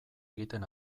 egiten